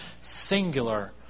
singular